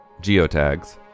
geotags